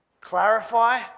clarify